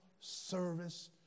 service